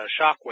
shockwave